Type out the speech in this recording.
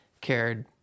cared